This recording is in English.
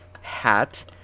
hat